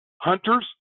Hunters